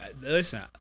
listen